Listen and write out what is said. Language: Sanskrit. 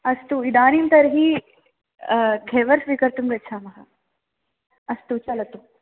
अस्तु इदानीं तर्हि घेवर् स्वीकर्तुं गच्छामः अस्तु चलतु